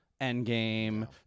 Endgame